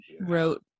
wrote